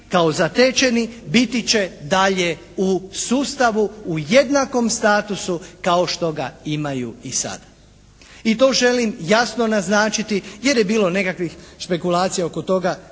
kao zatečeni biti će dalje u sustavu u jednakom statusu kao što ga imaju i sada. I to želim jasno naznačiti jer je bilo nekakvih špekulacija oko toga